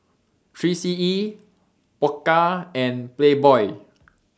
three C E Pokka and Playboy